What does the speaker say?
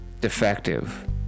defective